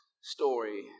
story